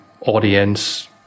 audience